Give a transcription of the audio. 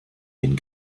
den